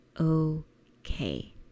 okay